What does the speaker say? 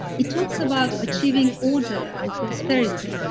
it talks about achieving order and prosperity,